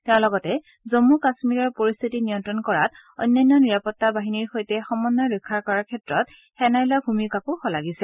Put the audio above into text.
তেওঁ লগতে জম্মু কাম্মীৰৰ পৰিস্থিতি নিয়ন্ত্ৰণ কৰাত অন্যান্য নিৰাপত্তা বাহিনীৰ সৈতে সমন্নয় ৰক্ষা কৰাৰ ক্ষেত্ৰত সেনাই লোৱা ভূমিকাকো শলাগিছে